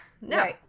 No